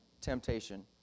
temptation